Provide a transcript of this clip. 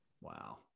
Wow